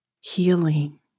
healing